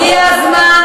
הגיע הזמן,